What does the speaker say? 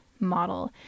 model